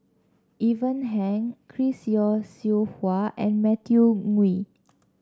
Ivan Heng Chris Yeo Siew Hua and Matthew Ngui